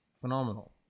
Phenomenal